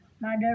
mother